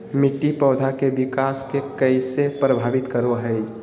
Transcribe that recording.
मिट्टी पौधा के विकास के कइसे प्रभावित करो हइ?